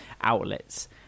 outlets